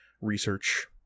research